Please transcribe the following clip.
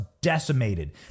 decimated